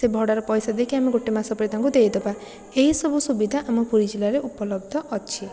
ସେ ଭଡ଼ାର ପଇସା ଦେଇକି ଆମେ ଗୋଟେ ମାସ ପରେ ତାଙ୍କୁ ଦେଇଦେବା ଏହି ସବୁ ସୁବିଧା ଆମ ପୁରୀ ଜିଲ୍ଲାରେ ଉପଲବ୍ଧ ଅଛି